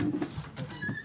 הישיבה ננעלה